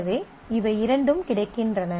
எனவே இவை இரண்டும் கிடைக்கின்றன